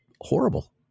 horrible